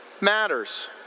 matters